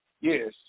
Yes